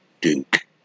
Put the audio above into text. Duke